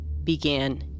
began